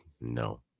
no